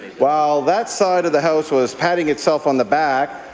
while that side of the house was patting itself on the back,